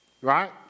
Right